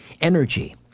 Energy